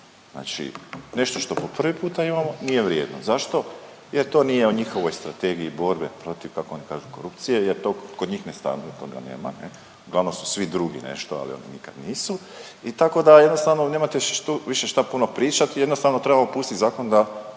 Znači nešto što po prvi puta imamo, nije vrijedno. Zašto? Jer to nije u njihovoj strategiji borbe protiv, kako oni kažu, korupcije jer tog kog njih .../Govornik se ne razumije./... glavno su svi drugi nešto, ali oni nikad nisu i tako da jednostavno nemate tu više šta puno pričat, jednostavno trebamo pustit zakon da